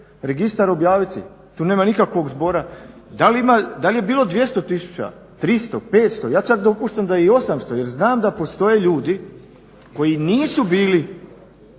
registar objaviti, tu nema nikakvog zbora. Da li je bilo 200 tisuća, 300, 500, ja čak dopuštam da je i 800 jer znam da postoje ljudi koji nisu u